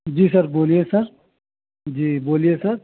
जी sir बोलिए sir जी बोलिए सर